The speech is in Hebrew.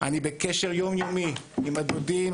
אני בקשר יום יומי עם הדודים,